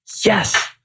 Yes